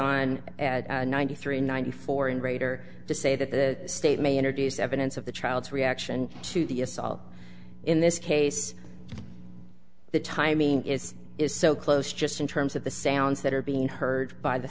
on at ninety three ninety four and rader to say that the state may introduce evidence of the child's reaction to the assault in this case the timing is is so close just in terms of the sounds that are being heard by the